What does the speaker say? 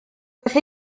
roedd